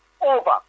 over